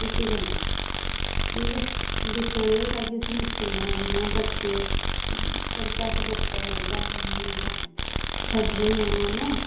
रुट्टी कन्नै ठीक ऐ दस्सी उड़ेओ ताकि उसी मुश्कल नी होऐ इ'यां भटकती सड़कै च भड़कता रौह्गा इ'यां मुड़ा खज्जल होई जाना उन्नै